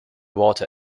water